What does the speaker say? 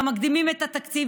וגם מקדימים את התקציב,